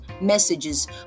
messages